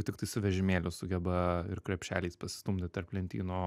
tiktai su vežimėliu sugeba ir krepšeliais pasistumdyt tarp lentynų